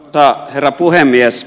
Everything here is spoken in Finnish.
arvoisa herra puhemies